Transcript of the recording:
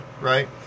right